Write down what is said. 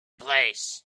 place